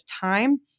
time